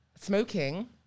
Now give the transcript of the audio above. smoking